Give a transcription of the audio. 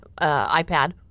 iPad